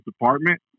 department